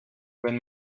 wenn